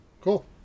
cool